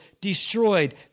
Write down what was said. destroyed